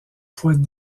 fois